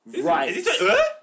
Right